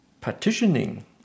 partitioning